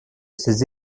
ses